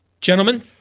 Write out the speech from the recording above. Gentlemen